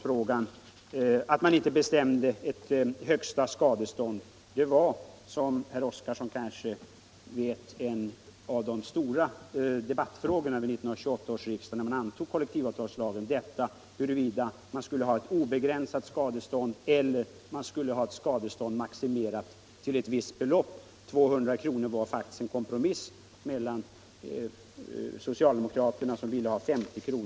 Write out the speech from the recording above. Frågan huruvida man skulle ha ett skadestånd som var obegränsat eller ett som var maximerat till ett visst belopp var som herr Oskarson säkert vet en av de stora debattfrågorna vid 1928 års riksdag när man antog kollektivavtalslagen. Ett skadeståndsbelopp på 200 kr. utgjorde därvid faktiskt en kompromiss mellan socialdemokraternas förslag om 50 kr.